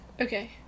Okay